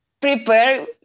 prepare